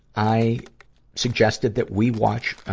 i suggested that we watch, ah,